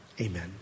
amen